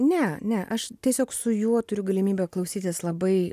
ne ne aš tiesiog su juo turiu galimybę klausytis labai